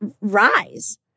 rise